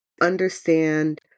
understand